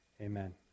Amen